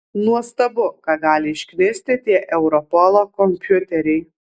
nuostabu ką gali išknisti tie europolo kompiuteriai